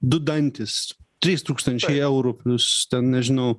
du dantys trys tūkstančiai eurų plius ten nežinau